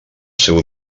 seu